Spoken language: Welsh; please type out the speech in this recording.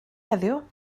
heddiw